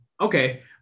Okay